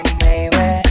baby